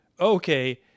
okay